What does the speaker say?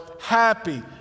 happy